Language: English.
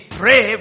pray